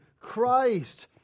Christ